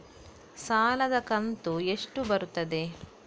ಸಾಲದ ಕಂತು ಎಷ್ಟು ಬರುತ್ತದೆ?